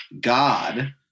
God